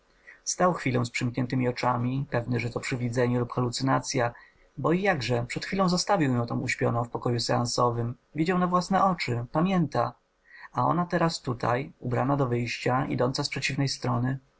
chwilę z przymkniętemi oczami pewny że to przywidzenie lub halucynacja bo i jakże przed chwilą zostawił ją tam uśpioną w pokoju seansowym widział na własne oczy pamięta a ona teraz tutaj ubrana do wyjścia idąca z przeciwnej strony